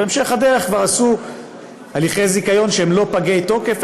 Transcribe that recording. בהמשך הדרך כבר עשו הליכי זיכיון שהם לא פגי תוקף,